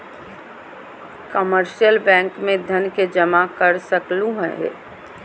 commercial bank में धन के जमा कर सकलु हें